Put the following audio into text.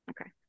Okay